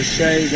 say